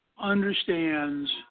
understands